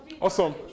Awesome